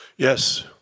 Yes